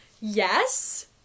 Yes